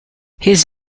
his